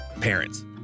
Parents